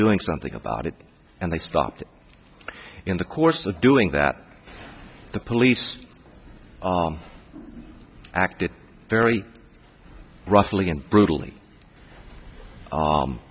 doing something about it and they stopped in the course of doing that the police acted very roughly and brutally